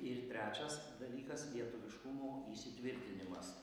ir trečias dalykas lietuviškumo įsitvirtinimas